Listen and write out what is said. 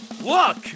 Look